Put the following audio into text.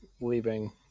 leaving